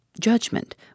Judgment